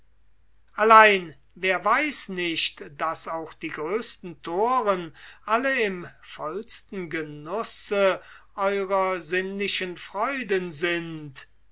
allein wer weiß nicht daß auch die größten thoren alle im vollsten genusse eurer sinnlichen freuden sind